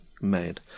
made